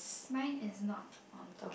mine is not on top